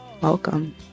Welcome